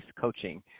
Coaching